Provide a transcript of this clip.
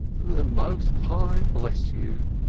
the most high bless you!